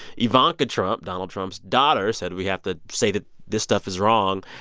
ivanka trump donald trump's daughter said we have to say that this stuff is wrong.